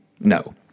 no